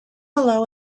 below